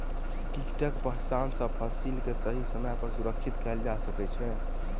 कीटक पहचान सॅ फसिल के सही समय पर सुरक्षित कयल जा सकै छै